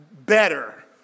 better